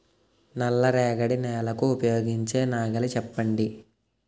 నల్ల రేగడి నెలకు ఉపయోగించే నాగలి చెప్పండి?